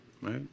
right